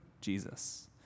Jesus